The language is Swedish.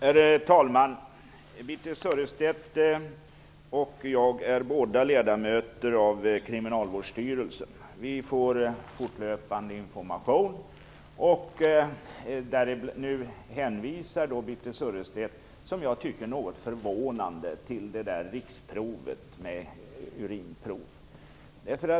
Herr talman! Birthe Sörestedt och jag är båda ledamöter av Kriminalvårdsstyrelsen. Vi får fortlöpande information, och jag tycker att det är något förvånande att Birthe Sörestedt nu hänvisar till det där riksprovet med urinprov.